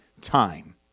time